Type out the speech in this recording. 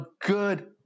good